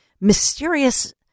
mysterious